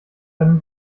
einem